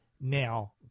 now